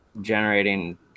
generating